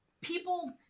people